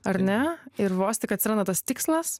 ar ne ir vos tik atsiranda tas tikslas